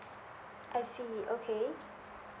I see okay